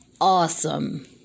awesome